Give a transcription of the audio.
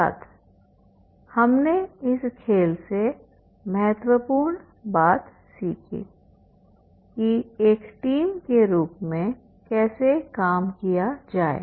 छात्र हमने इस खेल से महत्वपूर्ण बात सीखी कि एक टीम के रूप में कैसे काम किया जाए